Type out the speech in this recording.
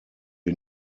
die